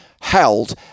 held